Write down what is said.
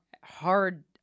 hard